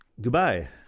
Goodbye